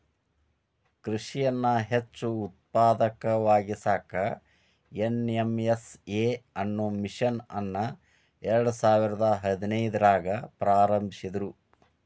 ಕೃಷಿಯನ್ನ ಹೆಚ್ಚ ಉತ್ಪಾದಕವಾಗಿಸಾಕ ಎನ್.ಎಂ.ಎಸ್.ಎ ಅನ್ನೋ ಮಿಷನ್ ಅನ್ನ ಎರ್ಡಸಾವಿರದ ಹದಿನೈದ್ರಾಗ ಪ್ರಾರಂಭಿಸಿದ್ರು